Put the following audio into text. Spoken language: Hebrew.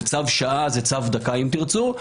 זה צו שעה, צו דקה אם תרצו.